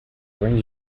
bring